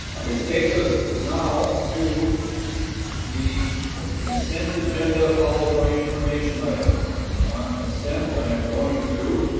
which takes us now to the consent agenda, followed by information items and and on consent. i am going to,